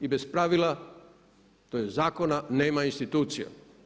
I bez pravila tj. zakona nema institucija.